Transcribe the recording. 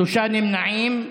שלושה נמנעים.